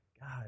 God